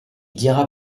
dira